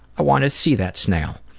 i want to see that snail.